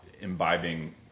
imbibing